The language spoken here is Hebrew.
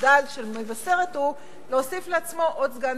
הדל של מבשרת הוא להוסיף לעצמו עוד סגן